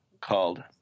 called